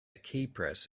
keypress